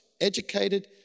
educated